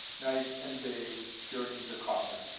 night and day journeys a coffin.